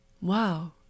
Wow